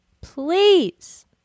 please